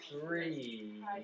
three